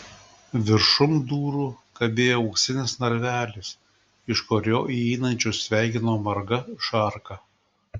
viršum durų kabėjo auksinis narvelis iš kurio įeinančius sveikino marga šarka